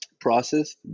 process